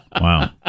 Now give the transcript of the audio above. Wow